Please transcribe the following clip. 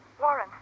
Warren